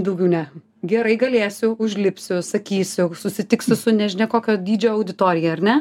daugiau ne gerai galėsi užlipsiu sakysiu susitiksi su nežinia kokio dydžio auditorija ar ne